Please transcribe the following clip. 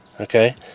Okay